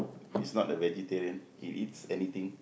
he's not a vegetarian he eats anything